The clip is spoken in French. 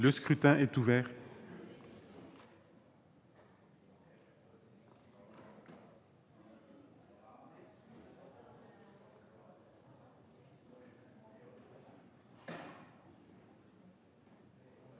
Le scrutin est ouvert.